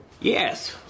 Yes